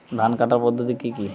ধান কাটার পদ্ধতি কি কি?